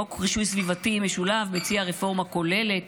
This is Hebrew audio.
חוק רישוי סביבתי משולב מציע רפורמה כוללת